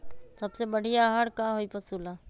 सबसे बढ़िया आहार का होई पशु ला?